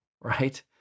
right